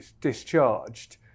discharged